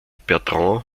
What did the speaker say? bertrand